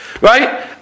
right